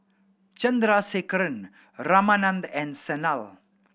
Chandrasekaran Ramanand and Sanal